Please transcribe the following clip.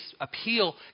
appeal